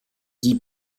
die